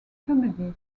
comedy